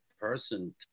person